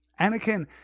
Anakin